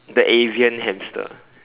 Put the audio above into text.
the Avian hamster